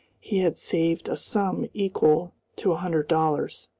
he had saved a sum equal to a hundred dollars.